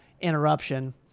interruption